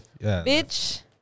Bitch